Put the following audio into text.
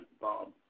Bob